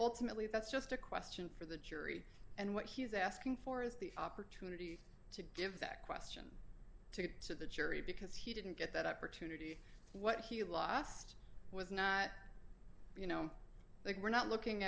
ultimately that's just a question for the jury and what he's asking for is the opportunity to give that question to to the jury because he didn't get that opportunity what he lost was not you know like we're not